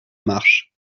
marche